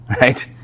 right